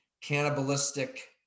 cannibalistic